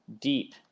deep